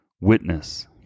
witness